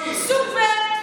סוג ב'.